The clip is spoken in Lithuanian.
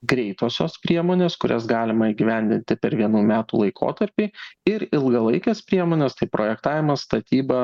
greitosios priemonės kurias galima įgyvendinti per vienų metų laikotarpį ir ilgalaikės priemonės tai projektavimas statyba